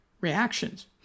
reactions